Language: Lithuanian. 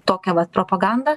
tokią vat propagandą